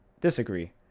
disagree